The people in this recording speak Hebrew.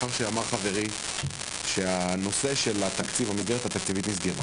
מאחר ואמר חברי שהנושא של התקציב במסגרת התקציבית נסגרה